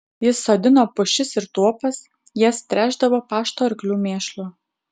jis sodino pušis ir tuopas jas tręšdavo pašto arklių mėšlu